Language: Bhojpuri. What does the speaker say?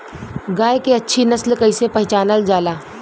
गाय के अच्छी नस्ल कइसे पहचानल जाला?